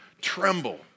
tremble